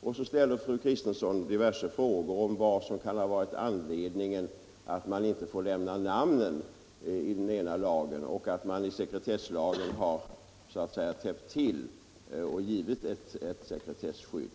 Och så ställer fru Kristensson diverse frågor om vad som kan vara anledningen till att man enligt den ena lagen inte får lämna ut namn medan man i sekretesslagen har givit ett sekretesskydd.